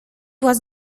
was